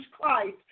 Christ